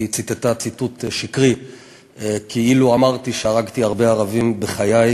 היא ציטטה ציטוט שקרי כאילו אמרתי שהרגתי הרבה ערבים בחיי.